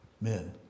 Men